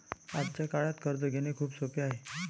आजच्या काळात कर्ज घेणे खूप सोपे आहे